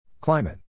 Climate